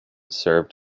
served